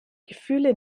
gefühle